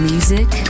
Music